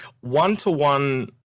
one-to-one